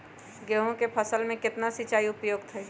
गेंहू के फसल में केतना सिंचाई उपयुक्त हाइ?